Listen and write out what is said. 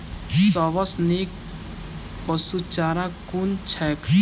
सबसँ नीक पशुचारा कुन छैक?